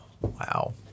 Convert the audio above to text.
wow